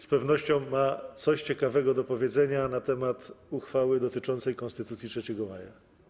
Z pewnością ma coś ciekawego do powiedzenia na temat uchwały dotyczącej Konstytucji 3 maja.